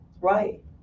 right